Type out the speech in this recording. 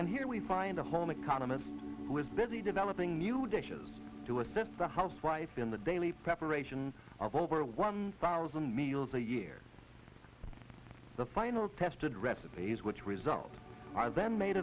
and here we find a home economist was busy developing new dishes to assist the housewife in the daily preparation of over one thousand meals a year the final tested recipes which result i then made